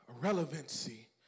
Relevancy